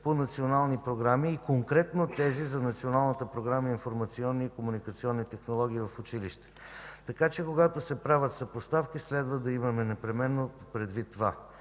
по национални програми и конкретно тези за Националната програма „Информационни и комуникационни технологии в училище”. Така че когато се правят съпоставки, следва да имаме предвид непременно това.